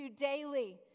daily